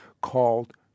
called